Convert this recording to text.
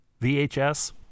VHS